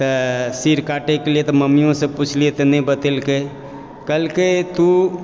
तऽ सिर काटयके लिए तऽ मम्मियो से पुछलिअ तऽ नहि बतेलकै कहलकै तु